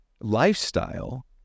lifestyle